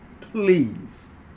Please